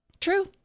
true